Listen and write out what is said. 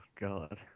God